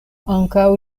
ankaŭ